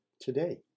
today